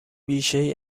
بیشهای